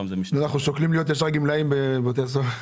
אנחנו שוקלים להיות גמלאים של שירות בתי הסוהר.